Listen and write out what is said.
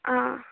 ಆ